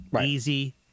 Easy